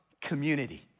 community